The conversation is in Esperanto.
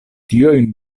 tiajn